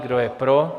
Kdo je pro?